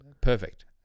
Perfect